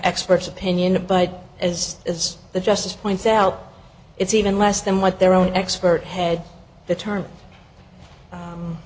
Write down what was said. expert's opinion but as is the justice points out it's even less than what their own expert had the term